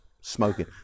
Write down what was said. smoking